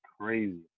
crazy